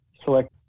select